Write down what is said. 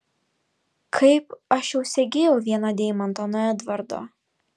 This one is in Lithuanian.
kaip aš jau segėjau vieną deimantą nuo edvardo